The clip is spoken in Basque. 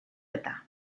eta